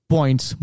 points